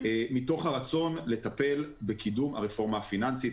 וזה מתוך הרצון לטפל בקידום הרפורמה הפיננסית.